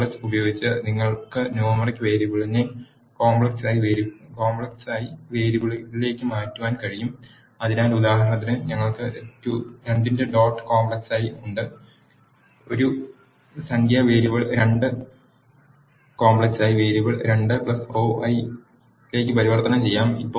complex ഉപയോഗിച്ച് നിങ്ങൾക്ക് numeric വേരിയബിളിനെ കോംപ്ലക്സായി വേരിയബിളിലേക്ക് മാറ്റുവാൻ കഴിയും അതിനാൽ ഉദാഹരണത്തിന് ഞങ്ങൾക്ക് 2 ന്റെ ഡോട്ട് കോംപ്ലക്സായി ഉണ്ട് ഈ സംഖ്യാ വേരിയബിൾ 2 കോംപ്ലക്സായി വേരിയബിൾ 2 0i ലേക്ക് പരിവർത്തനം ചെയ്യും